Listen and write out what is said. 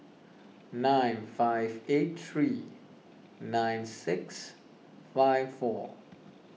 nine five eight three nine six five four